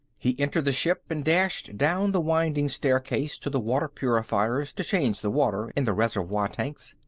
he entered the ship and dashed down the winding staircase to the water purifiers to change the water in the reservoir tanks.